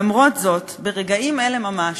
למרות זאת, ברגעים אלה ממש,